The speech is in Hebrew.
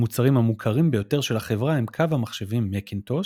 המוצרים המוכרים ביותר של החברה הם קו המחשבים מקינטוש,